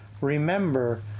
Remember